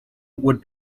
would